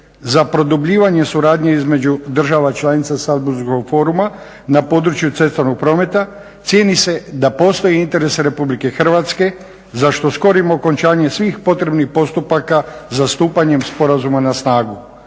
za produbljivanjem suradnje između država članica Salzburškog foruma na području cestovnog prometa, cijeni se da postoji interes RH za što skorim okončanjem svih potrebnih postupaka za stupanjem sporazuma na snagu.